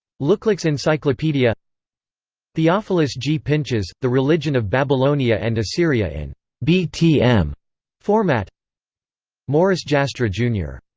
looklex encyclopedia theophilus g. pinches, the religion of babylonia and assyria in btm format morris jastrow, jr,